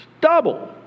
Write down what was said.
double